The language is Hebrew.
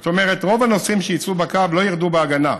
זאת אומרת, רוב הנוסעים שייסעו בקו לא ירדו בהגנה,